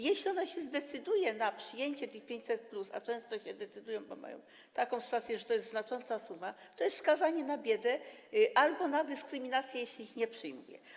Jeśli one się zdecydują na przyjęcie tych 500+, a często się decydują, bo mają taką sytuację, że to jest dla nich znacząca suma, to jest skazanie na biedę albo na dyskryminację, jeśli ich nie przyjmą.